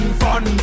fun